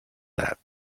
that